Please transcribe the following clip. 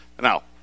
now